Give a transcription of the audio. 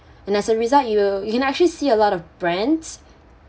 and as a result you you can actually see a lot of brands